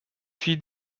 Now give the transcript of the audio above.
fille